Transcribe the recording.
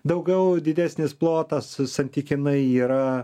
daugiau didesnis plotas santykinai yra